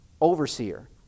Overseer